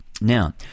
Now